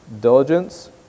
diligence